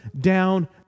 down